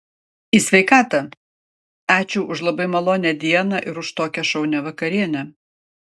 į sveikatą ačiū už labai malonią dieną ir už tokią šaunią vakarienę